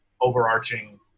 overarching